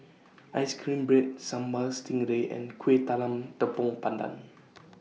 Ice Cream Bread Sambal Stingray and Kueh Talam Tepong Pandan